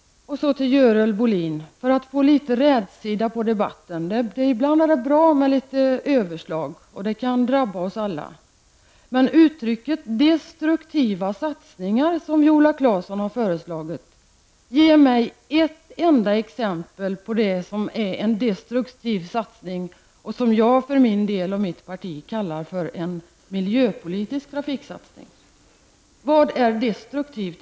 Så till Görel Bohlin, för att få litet rätsida på debatten! Ibland är det bra med litet överslag -- och det kan drabba oss alla. Men när det gäller uttrycket ''destruktiva satsningar som Viola Claesson har föreslagit'' vill jag säga: Ge mig ett enda exempel på vad som är en destruktiv satsning och som jag och mitt parti kallar för en miljöpolitisk trafiksatsning! Vad är destruktivt?